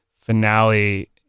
finale